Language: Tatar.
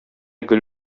гөл